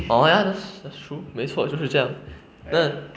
orh ya that's that's true 没错就是这样那